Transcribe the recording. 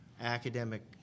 academic